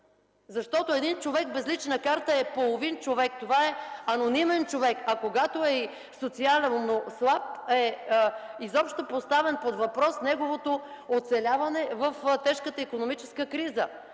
Защото човек без лична карта е половин човек. Той е анонимен човек. А когато е и социално слаб, под въпрос е поставено неговото оцеляване в тежката икономическа криза.